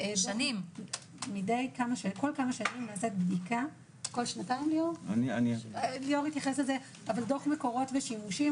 שנים עושה בדיקה ליאור יתייחס לזה - דוח מקורות ושימושים